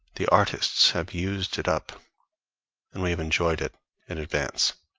the artists have used it up and we have enjoyed it in advance.